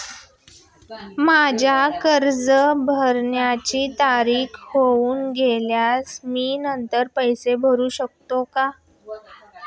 माझे कर्ज भरण्याची तारीख होऊन गेल्यास मी नंतर पैसे भरू शकतो का?